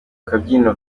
kabyiniro